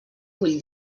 vull